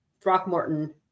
Throckmorton